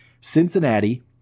Cincinnati